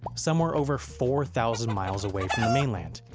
some were over four thousand miles away from the mainland.